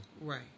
Right